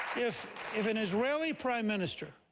if if an israeli prime minister,